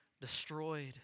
destroyed